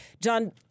John